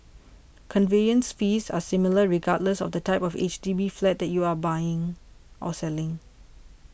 conveyance fees are similar regardless of the type of H D B flat that you are buying or selling